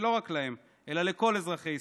ולא רק להם אלא לכל אזרחי ישראל.